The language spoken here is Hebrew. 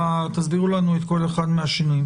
תסבירו לנו את כל אחד מהשינויים.